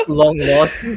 long-lost